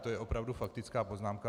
To je opravdu faktická poznámka.